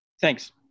Thanks